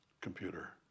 computer